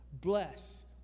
Bless